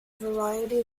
variety